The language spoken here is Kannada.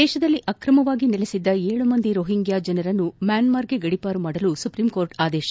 ದೇಶದಲ್ಲಿ ಅಕ್ರಮವಾಗಿ ನೆಲೆಸಿದ್ದ ಏಳು ಮಂದಿ ರೊಹಿಂಗ್ಯಾ ಜನರನ್ನು ಮ್ಯಾನ್ಮಾರ್ಗೆ ಗಡಿಪಾರು ಮಾಡಲು ಸುಪ್ರೀಂಕೋರ್ಟ್ ಆದೇಶ